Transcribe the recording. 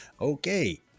Okay